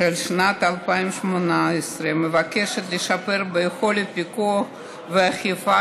של שנת 2018 מבקשת לשפר את יכולות הפיקוח והאכיפה